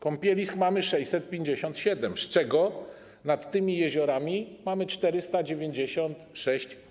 Kąpielisk mamy 657, z czego nad tymi jeziorami mamy 496